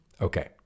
Okay